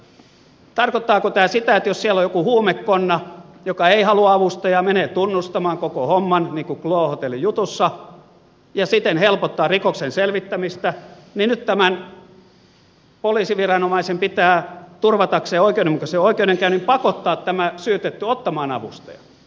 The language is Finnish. tarkoittaako tämä sitä että jos siellä on joku huumekonna joka ei halua avustajaa menee tunnustamaan koko homman niin kuin glo hotellin jutussa ja siten helpottaa rikoksen selvittämistä niin nyt tämän poliisiviranomaisen pitää turvatakseen oikeudenmukaisen oikeudenkäynnin pakottaa tämä syytetty ottamaan avustaja